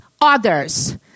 others